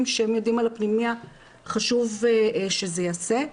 שהם יודעים על הפנימיה חשוב שזה ייעשה.